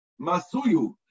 Masuyu